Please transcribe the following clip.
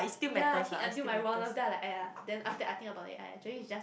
ya hit until my raw nerve then I like !aiya! then after that I think about it !aiya! actually it's just